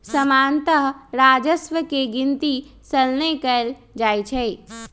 सामान्तः राजस्व के गिनति सलने कएल जाइ छइ